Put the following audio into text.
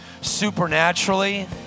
supernaturally